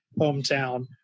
hometown